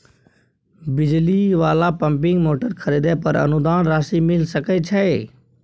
बिजली वाला pumping motor खरीदे पर अनुदान राशि मिल सके छैय?